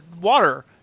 water